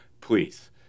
Please